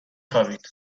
خوابید